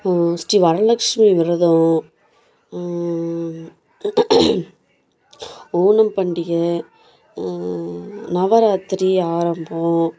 ஸ்ரீ வரலக்ஷ்மி விரதம் ஓணம் பண்டிகை நவராத்திரி ஆரம்பம்